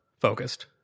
focused